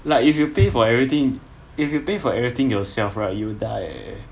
like if you pay for everything if you pay for everything yourself right you will die eh